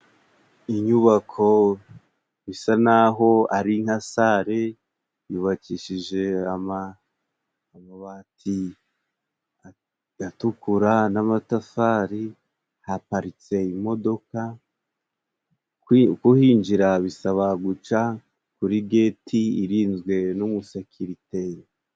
Inyubako bisa n'aho ari nka sale yubakishije amabati atukura n'amatafari, haparitse imodoka, kuhinjira bisaba guca kuri geti irinzwe n'umusekirite.